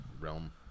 realm